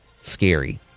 Scary